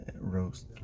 roast